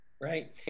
Right